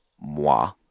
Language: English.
moi